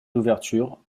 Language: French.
d’ouverture